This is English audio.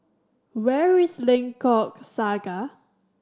where is Lengkok Saga